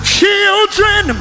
Children